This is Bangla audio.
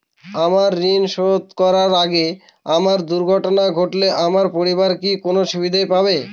আমার ঋণ শোধ করার আগে আমার দুর্ঘটনা ঘটলে আমার পরিবার কি কোনো সুবিধে পাবে?